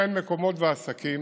וכן על מקומות ועסקים